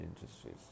industries